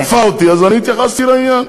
תקפה אותי, אז אני התייחסתי לעניין.